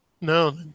No